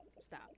Stop